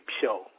show